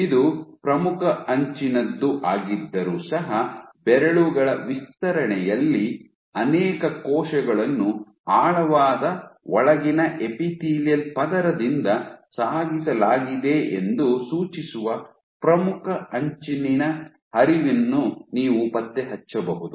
ಇದು ಪ್ರಮುಖ ಅಂಚಿನದ್ದು ಆಗಿದ್ದರು ಸಹ ಬೆರೆಳುಗಳ ವಿಸ್ತರಣೆಯಲ್ಲಿ ಅನೇಕ ಕೋಶಗಳನ್ನು ಆಳವಾದ ಒಳಗಿನ ಎಪಿತೀಲಿಯಲ್ ಪದರದಿಂದ ಸಾಗಿಸಲಾಗಿದೆಯೆಂದು ಸೂಚಿಸುವ ಪ್ರಮುಖ ಅಂಚಿನಿಂದ ಹರಿವನ್ನು ನೀವು ಪತ್ತೆ ಹಚ್ಚಬಹುದು